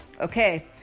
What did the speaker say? Okay